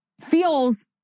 feels